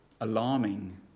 alarming